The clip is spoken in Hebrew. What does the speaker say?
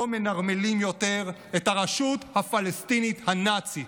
לא מנרמלים יותר את הרשות הפלסטינית הנאצית.